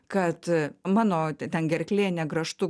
kad mano ten gerklė ne grąžtu